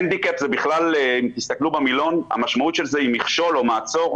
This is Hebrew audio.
המשמעות של handicap היא מכשול או מעצור.